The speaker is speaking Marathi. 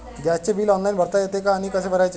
गॅसचे बिल ऑनलाइन भरता येते का आणि कसे भरायचे?